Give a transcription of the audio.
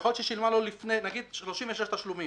ויכול להיות שהיא שילמה לו לפני למשל 36 תשלומים.